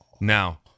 Now